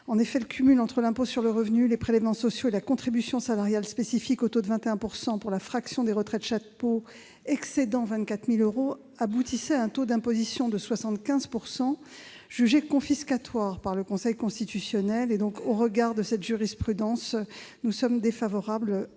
En effet, le cumul entre l'impôt sur le revenu, les prélèvements sociaux et la contribution salariale spécifique au taux de 21 % pour la fraction des retraites chapeau excédant 24 000 euros, aboutissait à un taux d'imposition de 75 %, jugé confiscatoire par le Conseil. Au regard de cette jurisprudence, nous sommes défavorables